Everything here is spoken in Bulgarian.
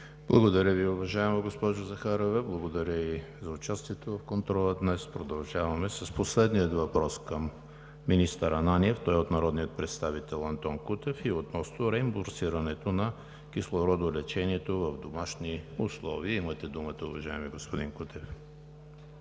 Благодаря Ви, уважаема госпожо Захариева. Благодаря Ви и за участието в контрола днес. Продължаваме с последния въпрос към министър Ананиев. Той е от народния представител Антон Кутев и е относно реимбурсирането на кислородолечението в домашни условия. Имате думата, уважаеми господин Кутев.